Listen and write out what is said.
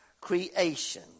creation